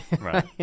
Right